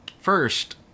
First